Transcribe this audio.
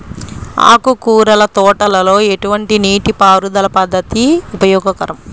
ఆకుకూరల తోటలలో ఎటువంటి నీటిపారుదల పద్దతి ఉపయోగకరం?